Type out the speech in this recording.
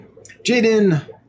Jaden